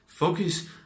Focus